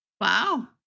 wow